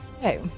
Okay